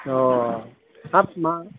हाब मा